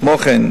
כמו כן,